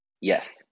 Yes